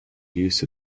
use